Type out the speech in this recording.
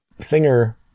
Singer